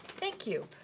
thank you.